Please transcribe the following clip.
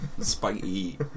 spiky